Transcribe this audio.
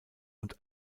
und